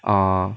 err